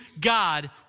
God